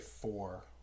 four